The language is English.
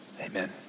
Amen